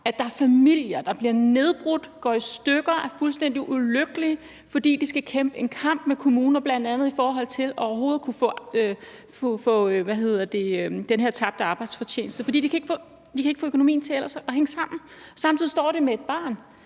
at der er familier, der bliver nedbrudt, går i stykker og er fuldstændig ulykkelige, fordi de skal kæmpe en kamp med kommunerne, bl.a. i forhold til overhovedet at kunne få den her tabte arbejdsfortjeneste, og den har de brug for, for ellers kan de ikke få økonomien til at hænge sammen. Samtidig står de med et barn,